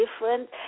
different